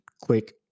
quick